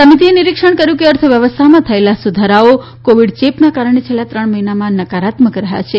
સમિતિએ નિરીક્ષણ કર્યું છે કે અર્થવ્યવસ્થામાં થયેલા સુધારાઓ કોવિડ ચેપના કારણે છેલ્લા ત્રણ માહિનામાં નકારાત્મક રહ્યા છે